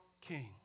king